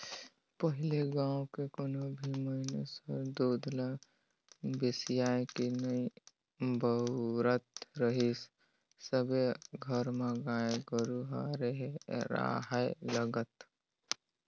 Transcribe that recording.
पहिले गाँव के कोनो भी मइनसे हर दूद ल बेसायके नइ बउरत रहीस सबे घर म गाय गोरु ह रेहे राहय लगत